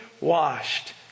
washed